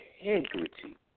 integrity